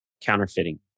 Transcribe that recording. counterfeiting